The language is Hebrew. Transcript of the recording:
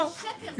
--- זה שקר.